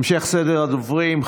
המשך סדר הדוברים.